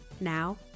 Now